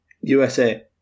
USA